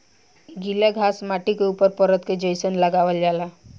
गिला घास माटी के ऊपर परत के जइसन लगावल जाला